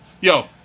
Yo